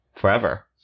forever